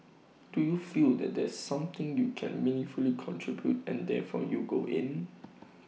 do you feel that there's something you can meaningfully contribute and therefore you go in